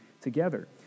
together